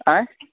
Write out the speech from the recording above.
आँय